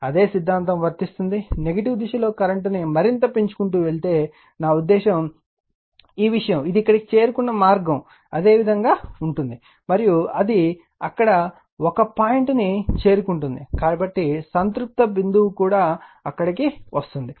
అదే సిద్ధాంతం వర్తిస్తుంది నెగటివ్ దిశలో కరెంట్ను మరింత పెంచుకుంటూ వెళ్తే నా ఉద్దేశ్యం ఈ విషయం ఇది ఇక్కడకు చేరుకున్న మార్గం అదే విధంగా ఉంటుంది మరియు అది అక్కడ ఒక పాయింట్ను చేరుకుంటుంది కాబట్టి సంతృప్త బిందువు కూడా అక్కడకు వస్తుంది